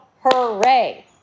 hooray